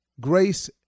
grace